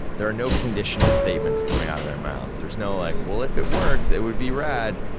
there are no conditional statements coming out of their mouths. there's no, like, well, if it works, it would be rad.